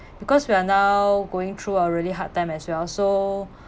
because we are now going through a really hard time as well so